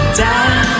down